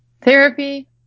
therapy